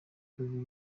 kugira